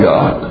God